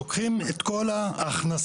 לוקחים את כל ההכנסות,